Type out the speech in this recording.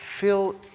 fill